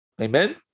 Amen